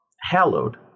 hallowed